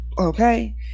okay